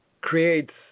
creates